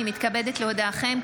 אני מתכבדת להודיעכם,